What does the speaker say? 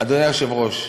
אדוני היושב-ראש,